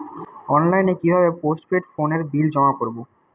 অনলাইনে কি ভাবে পোস্টপেড ফোনের বিল জমা করব?